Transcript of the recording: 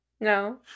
No